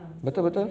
betul betul